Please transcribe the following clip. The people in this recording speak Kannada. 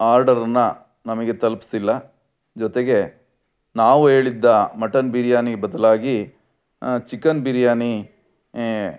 ಆರ್ಡರನ್ನು ನಮಗೆ ತಲುಪಿಸಿಲ್ಲ ಜೊತೆಗೆ ನಾವು ಹೇಳಿದ್ದ ಮಟನ್ ಬಿರಿಯಾನಿ ಬದಲಾಗಿ ಚಿಕನ್ ಬಿರಿಯಾನಿ